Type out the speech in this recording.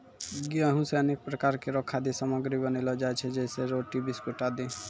गेंहू सें अनेक प्रकार केरो खाद्य सामग्री बनैलो जाय छै जैसें रोटी, बिस्कुट आदि